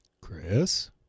Chris